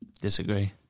Disagree